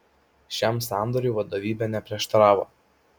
šiam sandoriui vadovybė neprieštaravo